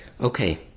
Okay